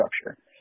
structure